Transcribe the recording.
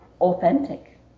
Authentic